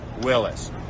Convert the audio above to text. Willis